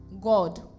God